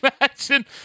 imagine